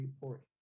Report